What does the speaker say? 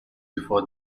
before